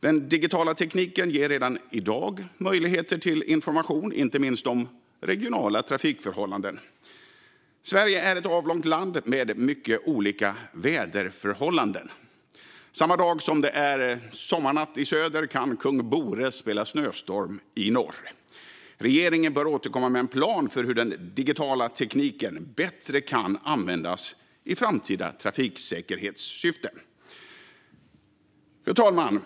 Den digitala tekniken ger redan i dag möjligheter till information, inte minst om regionala trafikförhållanden. Sverige är ett avlångt land med mycket olika väderförhållanden. Samma dygn som det är sommarnatt i söder kan Kung Bore spela snöstorm i norr. Regeringen bör återkomma med en plan för hur den digitala tekniken bättre kan användas i framtida trafiksäkerhetssyfte. Fru talman!